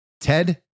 Ted